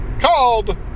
called